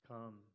Come